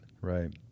right